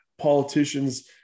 politicians